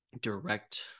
direct